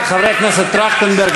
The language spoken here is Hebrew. חברי הכנסת טרכטנברג,